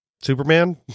Superman